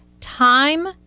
time